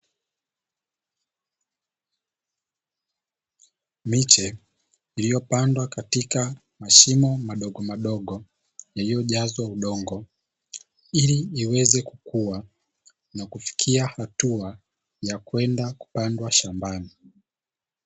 Miche iliyopandwa katika mashimo madogo madogo yaliyojazwa udongo ili iweze kukua na kufikia hatua ya kwenda kupandwa shambani.